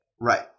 Right